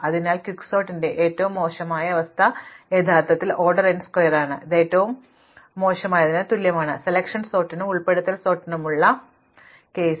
അതിനാൽ ക്വിക്സോർട്ടിന്റെ ഏറ്റവും മോശം അവസ്ഥ യഥാർത്ഥത്തിൽ ഓർഡർ n സ്ക്വയറാണ് ഇത് ഏറ്റവും മോശമായതിന് തുല്യമാണ് സെലക്ഷൻ സോർട്ടിനും ഉൾപ്പെടുത്തൽ സോർട്ടിനുമുള്ള കേസ്